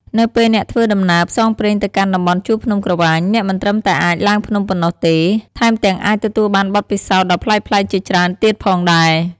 នៅពេលអ្នកធ្វើដំណើរផ្សងព្រេងទៅកាន់តំបន់ជួរភ្នំក្រវាញ អ្នកមិនត្រឹមតែអាចឡើងភ្នំប៉ុណ្ណោះទេ ថែមទាំងអាចទទួលបានបទពិសោធន៍ដ៏ប្លែកៗជាច្រើនទៀតផងដែរ។